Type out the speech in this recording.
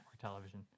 television